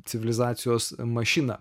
civilizacijos mašiną